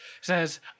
Says